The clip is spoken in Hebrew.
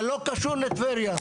אבל לא קשור לטבריה.